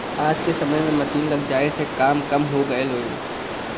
आज के समय में मसीन लग जाये से काम कम हो गयल हौ